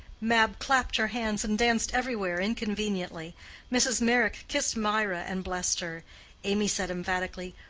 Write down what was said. mab clapped her hands and danced everywhere inconveniently mrs. meyrick kissed mirah and blessed her amy said emphatically,